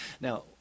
Now